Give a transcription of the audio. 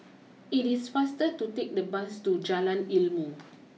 it is faster to take the bus to Jalan Ilmu